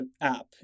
app